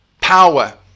power